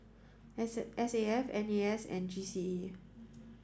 S S A F N A S and G C E